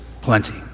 plenty